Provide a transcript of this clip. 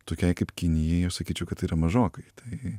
tokiai kaip kinijai jau sakyčiau kad tai yra mažoka tai